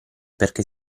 perché